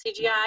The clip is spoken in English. CGI